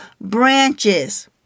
branches